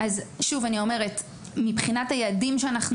אני אומרת שוב: מבחינת היעדים שאנחנו